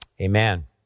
Amen